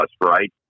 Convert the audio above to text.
right